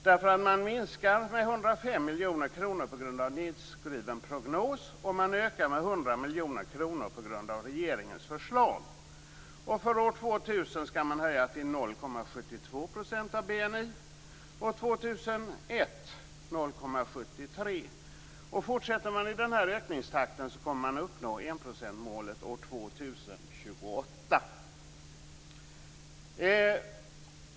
Man minskar nämligen med 105 miljoner kronor på grund av nedskriven prognos, och man ökar med 100 miljoner kronor på grund av regeringens förslag. För år 2000 skall man höja till 0,72 % av BNI och år 2001 till 0,73 %. Fortsätter man i den här ökningstakten kommer man att uppnå enprocentsmålet år 2028.